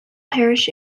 parish